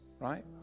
right